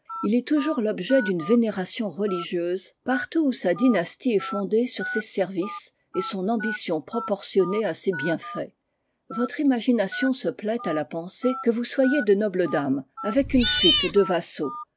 littérale est plus exacte en esprit note du traducteur dynastie est fondée sur ses services et son ambition proportionnée à ses bienfaits votre imagination se plaît à la pensée que vous soyez de nobles dames avec une suite de vassaux